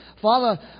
Father